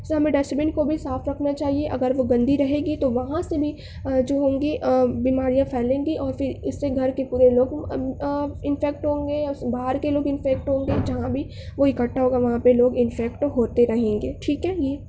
اس سے ہمیں dustbin کو بھی صاف رکھنا چاہئے اگر وہ گندی رہے گی تو وہاں سے بھی جو ہوں گی بیماریاں پھیلیں گی اور پھر اس سے گھر کے پورے لوگ انفیکٹ ہوں گے اور باہر کے لوگ انفیکٹ ہوں گے جہاں بھی وہ اکٹھا ہوگا وہاں پہ لوگ انفیکٹ ہوتے رہیں گے ٹھیک ہے یہ